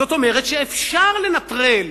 זאת אומרת שאפשר לנטרל